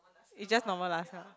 is just normal laksa